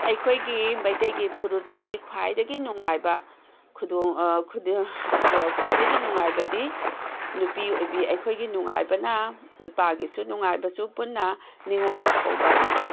ꯑꯩꯈꯣꯏꯒꯤ ꯃꯩꯇꯩꯒꯤ ꯐꯨꯔꯨꯞꯀꯤ ꯈ꯭ꯋꯥꯏꯗꯒꯤ ꯅꯨꯡꯉꯥꯏꯕ ꯈ꯭ꯋꯥꯏꯗꯒꯤ ꯅꯨꯡꯉꯥꯏꯕꯗꯤ ꯅꯨꯄꯤ ꯑꯣꯏꯕꯤ ꯑꯩꯈꯣꯏꯒꯤ ꯅꯨꯡꯉꯥꯏꯕꯅ ꯅꯨꯄꯥꯒꯤꯁꯨ ꯅꯨꯡꯉꯥꯏꯕꯁꯨ ꯄꯨꯟꯅ ꯅꯤꯉꯣꯜ ꯆꯥꯛꯀꯧꯕ ꯂꯥꯛꯄ